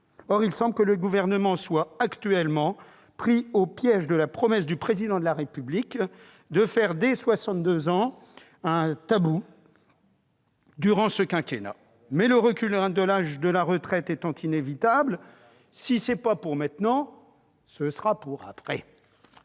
Or il semble que le Gouvernement soit actuellement pris au piège de la promesse du Président de la République de faire de l'âge de « soixante-deux ans » un tabou durant ce quinquennat. Mais le recul de l'âge de départ à la retraite étant inévitable, s'il n'est pas pour maintenant, il sera pour après